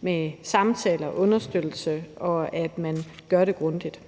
med samtaler, understøttelse, og at man gør det grundigt.